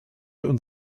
und